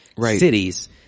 cities